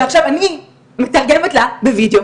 ועכשיו אני מתרגמת לה בוידיאו.